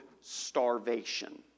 starvation